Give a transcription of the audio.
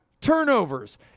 turnovers